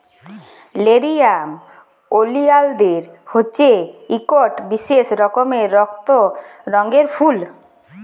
লেরিয়াম ওলিয়ালদের হছে ইকট বিশেষ রকমের রক্ত রঙের ফুল